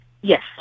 Yes